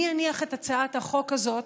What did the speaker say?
אני אניח את הצעת החוק הזאת,